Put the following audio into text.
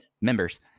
members